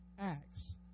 Acts